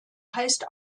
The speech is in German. heißt